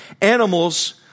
Animals